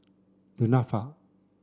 Du Nanfa